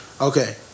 okay